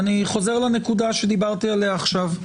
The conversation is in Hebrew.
ואני חוזר לנקודה שדיברתי עליה עכשיו: